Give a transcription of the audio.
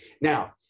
now